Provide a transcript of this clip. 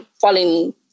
falling